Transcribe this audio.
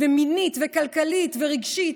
מינית, כלכלית ורגשית.